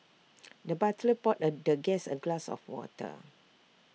the butler poured the guest A glass of water